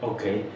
Okay